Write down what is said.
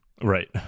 right